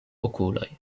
okuloj